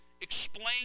explain